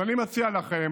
אז אני מציע לכם,